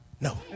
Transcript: No